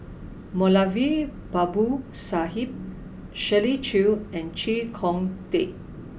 Moulavi Babu Sahib Shirley Chew and Chee Kong Tet